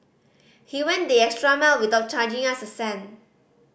he went the extra mile without charging us a cent